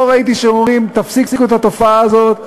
לא ראיתי שהם אומרים: תפסיקו את התופעה הזאת,